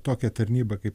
tokią tarnybą kaip